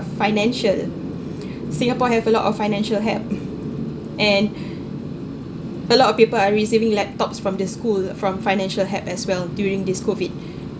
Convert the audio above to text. financial singapore have a lot of financial help and a lot of people are receiving laptops from the school from financial help as well during this COVID